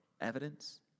evidence